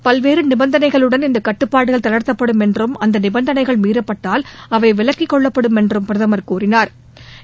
பல்வேறு நிபந்தனைகளுடன் இந்த கட்டுப்பாடுகள் தளா்த்தப்படும் என்றும் அந்த நிபந்தனைகள் மீறப்பட்டால் அவை விலக்கிக் கொள்ளப்படும் என்றும் பிரதமள் கூறினாா்